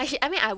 mm